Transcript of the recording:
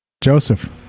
Joseph